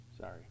Sorry